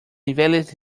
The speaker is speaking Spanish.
niveles